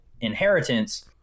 inheritance